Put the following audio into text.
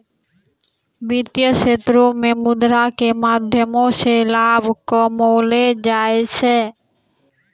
वित्तीय क्षेत्रो मे मुद्रा के माध्यमो से लाभ कमैलो जाय छै